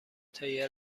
تایر